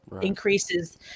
increases